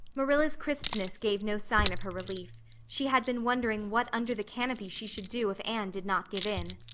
marilla's crispness gave no sign of her relief. she had been wondering what under the canopy she should do if anne did not give in.